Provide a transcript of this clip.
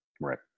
Right